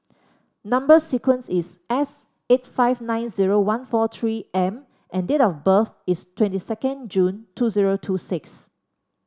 number sequence is S eight five nine zero one four three M and date of birth is twenty second June two zero two six